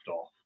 off